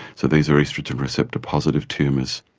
so these are oestrogen receptor positive tumours.